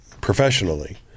professionally